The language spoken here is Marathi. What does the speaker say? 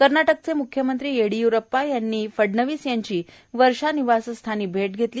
कर्नाटकचे मुख्यमंत्री येडिय्रप्पा यांनी फडणवीस यांची वर्षा निवासस्थानी भेट घेतली